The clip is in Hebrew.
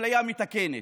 אפליה מתקנת,